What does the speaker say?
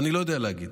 אני לא יודע להגיד,